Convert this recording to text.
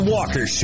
Walker